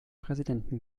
präsidenten